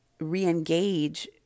reengage